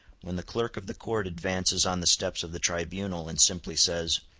when the clerk of the court advances on the steps of the tribunal, and simply says,